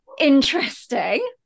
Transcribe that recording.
interesting